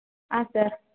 ಹಾಂ ಸರ್